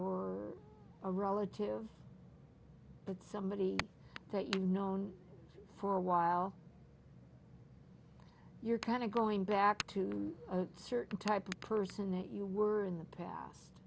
or relative but somebody that you known for a while you're kind of going back to a certain type of person that you were in the past